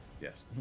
Yes